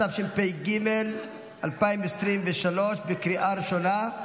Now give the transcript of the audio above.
התשפ"ג 2023, בקריאה ראשונה.